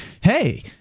hey